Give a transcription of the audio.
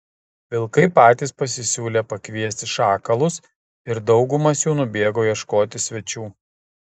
vilkai patys pasisiūlė pakviesti šakalus ir daugumas jų nubėgo ieškoti svečių